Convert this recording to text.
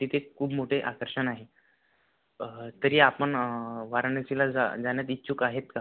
तिथे खूप मोठे आकर्षण आहे तरी आपण वाराणसीला जाण्यास इच्छुक आहेत का